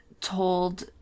told